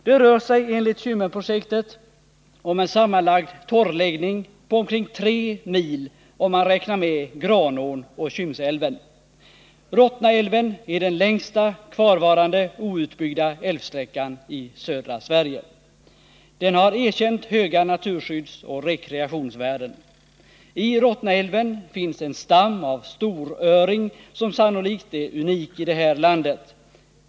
Det rör sig enligt Kymmenprojektet om en sammanlagd torrläggning på omkring tre mil om man räknar med Granån och Kymsälven. Rottnaälven är den längsta kvarvarande outbyggda älvsträckan i södra Sverige. Den har erkänt höga naturskyddsoch rekreationsvärden. I Rottnaälven finns en stam av storöring, som sannolikt är unik i det här landet.